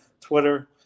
Twitter